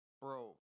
Bro